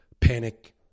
panic